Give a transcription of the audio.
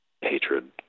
hatred